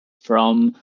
from